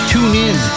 TuneIn